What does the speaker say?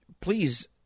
please